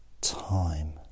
time